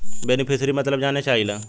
बेनिफिसरीक मतलब जाने चाहीला?